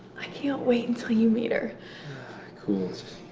i can't wait until you meet her. cool. ah,